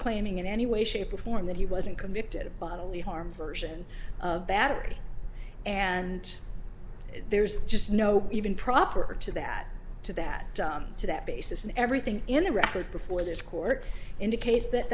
claiming in any way shape or form that he wasn't convicted of bodily harm version of battery and there's just no even proper to that to that to that basis and everything in the record before this court indicates that